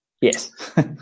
Yes